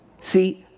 See